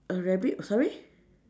a rabbit err sorry